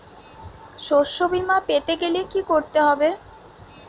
শষ্যবীমা পেতে গেলে কি করতে হবে?